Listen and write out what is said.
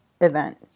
event